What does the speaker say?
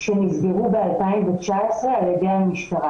שנסגרו ב- 2019 על ידי המשטרה,